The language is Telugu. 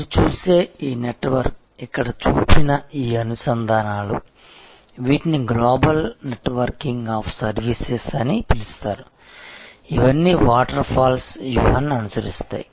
మీరు చూసే ఈ నెట్వర్క్ ఇక్కడ చూపిన ఈ అనుసంధానాలు వీటిని global networking of services అని పిలుస్తారు ఇవన్నీ వాటర్ ఫాల్స్ వ్యూహాన్ని అనుసరిస్తాయి